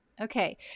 Okay